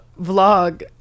vlog